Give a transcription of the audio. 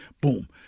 Boom